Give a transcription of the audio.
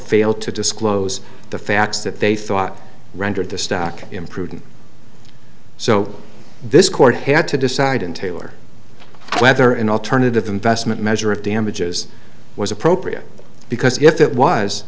failed to disclose the facts that they thought rendered the stock imprudent so this court had to decide in taylor whether an alternative investment measure of damages was appropriate because if it was